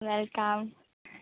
welcome